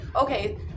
Okay